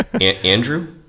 andrew